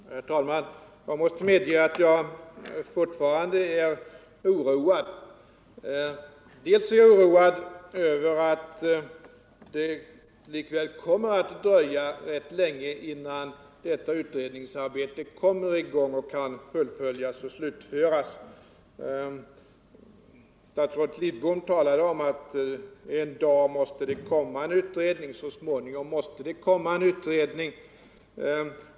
Herr talman! Jag måste medge att jag fortfarande är oroad över att det likväl kommer att dröja rätt länge innan detta utredningsarbete kommer i gång och kan fullföljas och slutföras. Statsrådet Lidbom talade om att det så småningom måste komma en utredning.